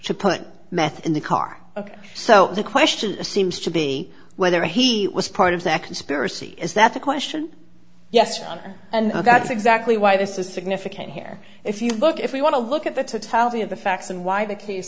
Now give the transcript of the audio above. to plant meth in the car ok so the question seems to be whether he was part of that conspiracy is that the question yes john and that's exactly why this is significant here if you look if we want to look at the totality of the facts and why the case